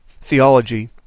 theology